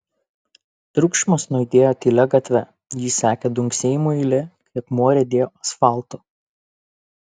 triukšmas nuaidėjo tylia gatve jį sekė dunksėjimų eilė kai akmuo riedėjo asfaltu